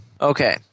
Okay